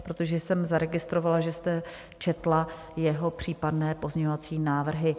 protože jsem zaregistrovala, že jste četla jeho případné pozměňovací návrhy.